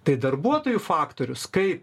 tai darbuotojų faktorius kai